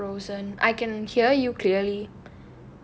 ya it's just frozen I can hear you clearly